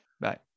Bye